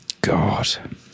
God